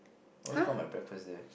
once got my breakfast there